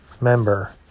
member